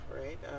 right